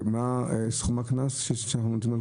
ומה סכום הקנס שאנחנו נותנים?